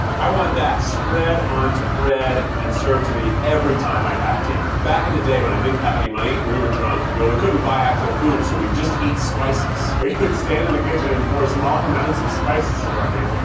i want that spread onto bread and served to me every time i have dinner. back in the day when i didn't have any money, and we were drunk, we couldn't buy actual food, so we'd just eat spices. we would stand in the kitchen and pour small amounts of spices into our hands